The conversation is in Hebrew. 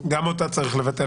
גם אותה צריך לבטל.